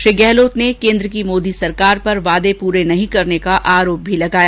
श्री गहलोत ने केन्द्र की मोदी सरकार पर वादे पूरे नहीं करने का आरोप भी लगाया